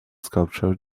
sculpture